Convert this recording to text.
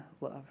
love